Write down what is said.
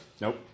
Nope